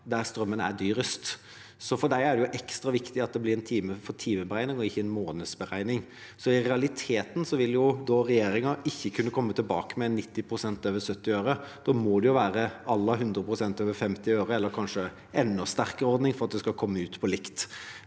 når strømmen er dyrest, så for dem er det ekstra viktig at det blir en time for timeberegning og ikke en månedsberegning. I realiteten vil regjeringen da ikke kunne komme tilbake med 90 pst. over 70 øre/kWh. Da må det være noe à la 100 pst. over 50 øre/kWh eller kanskje en enda sterkere ordning for at det skal komme ut likt.